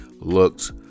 looked